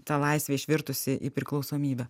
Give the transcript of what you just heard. ta laisvė išvirtusi į priklausomybę